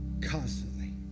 Constantly